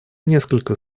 несколько